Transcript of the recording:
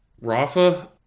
Rafa